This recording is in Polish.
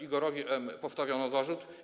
Igorowi M. postawiono zarzut.